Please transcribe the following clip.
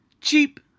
Cheap